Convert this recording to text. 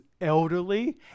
elderly